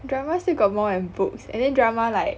drama still got more than books and then drama like